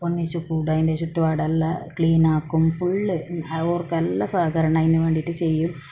ഒന്നിച്ച് കൂടുക അതിൻ്റെ ചുറ്റുപാട് എല്ലാം ക്ലീൻ ആക്കും ഫുൾ ഓർക്ക് എല്ലാ സഹകരണവും അതിന് വേണ്ടിയിട്ട് ചെയ്യും